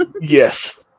Yes